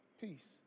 peace